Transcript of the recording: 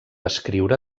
escriure